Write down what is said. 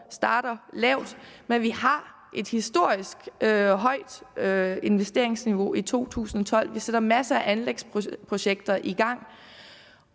starter lavt, men vi har haft et historisk højt investeringsniveau i 2012, vi sætter masser af anlægsprojekter i gang,